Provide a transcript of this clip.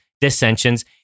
dissensions